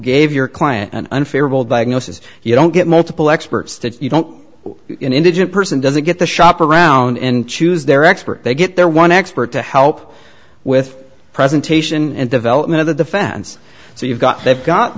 gave your client an unfair will diagnosis you don't get multiple experts to you don't indigent person doesn't get the shop around and choose their expert they get their one expert to help with presentation and development of the defense so you've got they've got